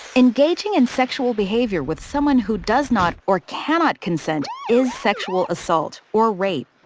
engaging in sexual behavior with someone who does not or cannot consent is sexual assault or rape.